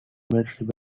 military